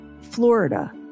Florida